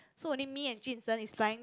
so only me and Jun Sheng is flying back